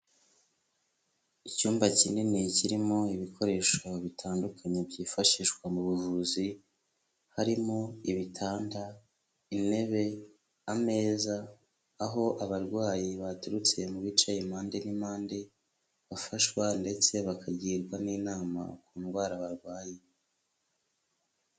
Icyumba kinini kirimo ibikoresho bitandukanye byifashishwa mu buvuzi, harimo ibitanda, intebe, ameza, aho abarwayi baturutse mu bice impande n'impande, bafashwa ndetse bakagirwa n'inama ku ndwara barwaye.